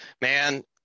Man